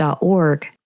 .org